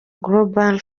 global